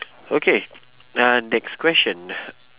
okay uh next question